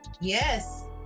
Yes